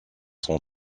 son